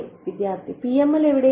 വിദ്യാർത്ഥി PML എവിടെയാണ്